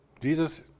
Jesus